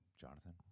Jonathan